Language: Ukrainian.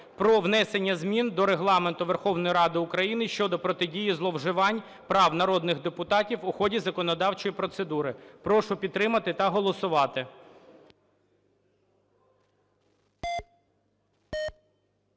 про внесення змін до Регламенту Верховної Ради України щодо протидії зловживань прав народних депутатів у ході законодавчої процедури. Прошу підтримати та голосувати.